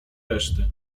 reszty